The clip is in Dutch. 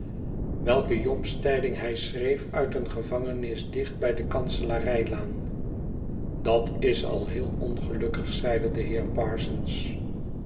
welke jobstyding hij schreef uit een gevangenis dicht hij de kanselarijlaan dat is al heel ongelukkig zeide de heer parsons